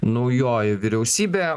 naujoji vyriausybė